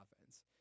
offense